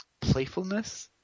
playfulness